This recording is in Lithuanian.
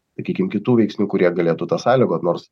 sakykim kitų veiksnių kurie galėtų tą sąlygot nors